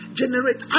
generate